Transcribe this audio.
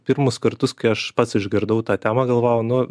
pirmus kartus kai aš pats išgirdau tą temą galvojau nu